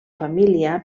família